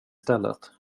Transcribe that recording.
stället